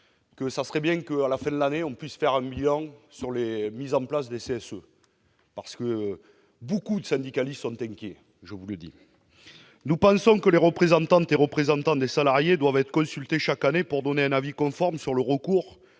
: ce serait bien que, à la fin de l'année, on puisse faire le bilan de la mise en place des CSE, car de nombreux syndicalistes sont inquiets. Nous pensons que les représentantes et représentants des salariés doivent être consultés chaque année pour donner un avis conforme sur le recours